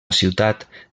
ciutat